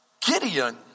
Gideon